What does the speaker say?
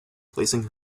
placing